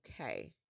Okay